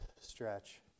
stretch